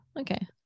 Okay